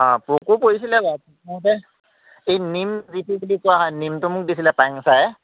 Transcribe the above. অঁ পোকো পৰিছিলে বাৰু পোক পৰোতে এই নিম বুলি কোৱা হয় নিমটো দিছিলে মোক পায়েং ছাৰে